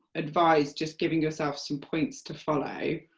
advise just giving yourself some points to follow.